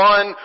One